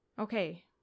Okay